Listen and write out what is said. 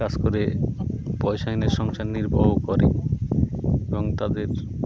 কাজ করে পয়সা এনে সংসার নির্বাহ করে এবং তাদের